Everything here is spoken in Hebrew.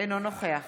אינו נוכח